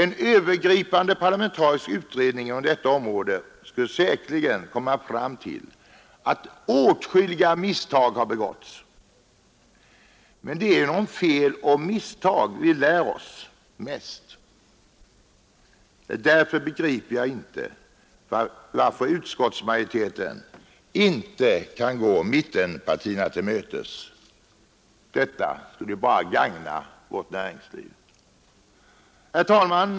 En övergripande parlamentarisk utredning på detta område skulle säkerligen komma fram till att åtskilliga misstag har begåtts. Men det är motverka maktkoncentrationen i samhället motverka maktkoncentrationen i samhället genom fel och misstag vi lär oss mest. Därför begriper jag inte varför utskottsmajoriteten inte kan gå mittenpartierna till mötes, till båtnad för vårt näringsliv. Herr talman!